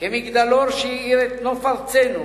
כמגדלור שהאיר את נוף ארצנו